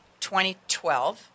2012